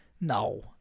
No